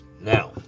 Now